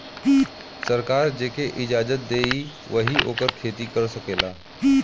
सरकार जेके इजाजत देई वही ओकर खेती कर सकेला